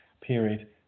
period